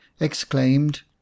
exclaimed